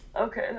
Okay